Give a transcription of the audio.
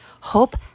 hope